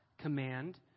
command